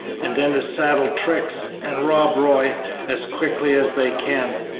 and then to saddle trix and rob roy as quickly as they can.